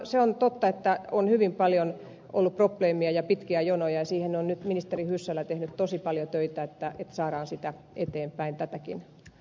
se on totta että on hyvin paljon ollut probleemeja ja pitkiä jonoja ja siinä on nyt ministeri hyssälä tehnyt tosi paljon töitä että saadaan eteenpäin tätäkin